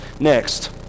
Next